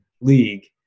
league